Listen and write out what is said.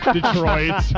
Detroit